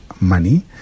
money